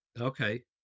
Okay